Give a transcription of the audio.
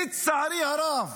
לצערי הרב